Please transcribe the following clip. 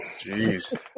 Jeez